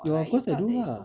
of course I do lah